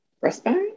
breastbone